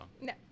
no